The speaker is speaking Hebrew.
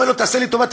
אומר: תעשה לי טובה,